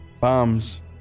bombs